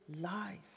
life